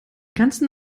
gesamten